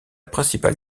principale